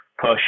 push